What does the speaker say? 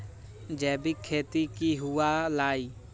जैविक खेती की हुआ लाई?